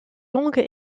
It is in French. langue